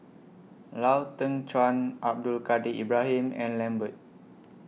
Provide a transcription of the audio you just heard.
Lau Teng Chuan Abdul Kadir Ibrahim and Lambert